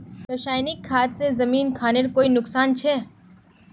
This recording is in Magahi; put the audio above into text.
रासायनिक खाद से जमीन खानेर कोई नुकसान छे?